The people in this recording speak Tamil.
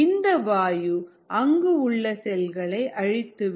இந்த வாயு அங்கு உள்ள செல்களை அழித்துவிடும்